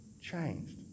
changed